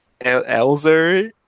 Elzer